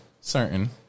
certain